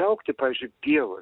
augti pavyzdžiui pievos